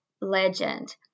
legend